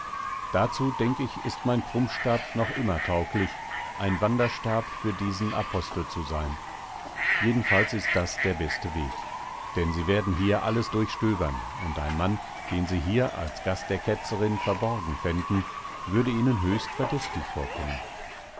dazu denk ich ist mein krummstab noch immer tauglich ein wanderstab für diesen apostel zu sein jedenfalls ist das der beste weg denn sie werden hier alles durchstöbern und ein mann den sie hier als gast der ketzerin verborgen fänden würde ihnen höchst verdächtig vorkommen